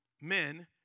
Men